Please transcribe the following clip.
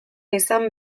izan